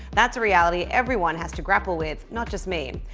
that's a reality everyone has to grapple with not just me.